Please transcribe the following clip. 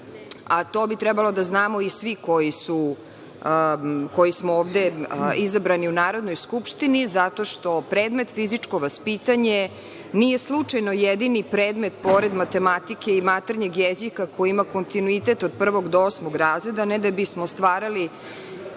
a to bi trebalo da znamo i svi koji smo ovde izabrani u Narodnoj skupštini, zato što predmet fizičko vaspitanje nije slučajno jedini predmet pored matematike i maternjeg jezika koji ima kontinuitet od prvog do osmog razreda, ne da bismo stvarali